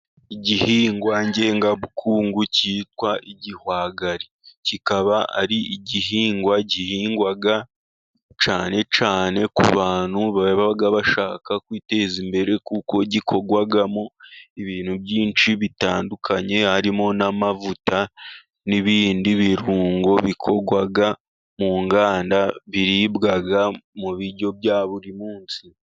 Igihingwa ngengakungu cyitwa igihwagari. Kikaba ari igihingwa gihingwa cyane cyane ku bantu baba bashaka kwiteza imbere. Kuko gikorwamo ibintu byinshi bitandukanye, harimo n'amavuta n'ibindi birungo bikorwa mu nganda, biribwa mu biryo bya buri munsi.